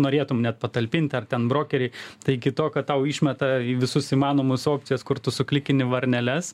norėtum net patalpint ar ten brokerį tai iki to kad tau išmeta visus įmanomus opcijas kur tu suklikini varneles